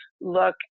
look